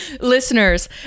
listeners